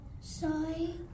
Sorry